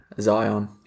Zion